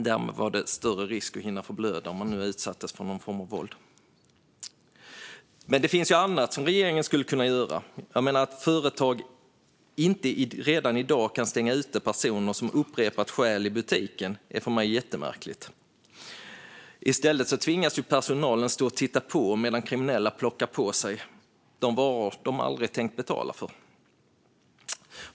Därmed var det större risk att hinna förblöda om man utsattes för någon form av våld. Det finns annat som regeringen skulle kunna göra. Att en butik inte redan i dag kan stänga ute personer som upprepat stjäl i butiken är för mig jättemärkligt. I stället tvingas personalen stå och titta på medan kriminella plockar på sig de varor som de aldrig tänkt betala för.